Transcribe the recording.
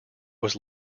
was